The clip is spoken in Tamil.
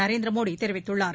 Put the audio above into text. நரேந்திர மோடி தெரிவித்துள்ளார்